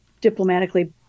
diplomatically